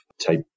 type